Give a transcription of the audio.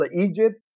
Egypt